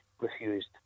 refused